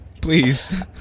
Please